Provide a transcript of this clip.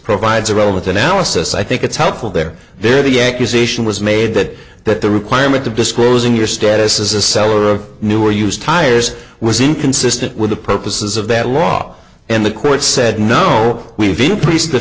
provides a role with analysis i think it's helpful there there the accusation was made that that the requirement of disclosing your status as a seller of new or used tires was inconsistent with the purposes of that law and the court said no we've increased the